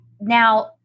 now